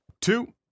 two